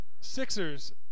Sixers